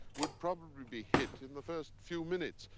would probably be hit in the first few minutes.